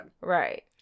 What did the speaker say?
right